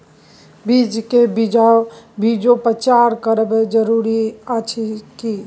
बीज के बीजोपचार करब जरूरी अछि की?